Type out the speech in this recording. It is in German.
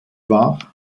war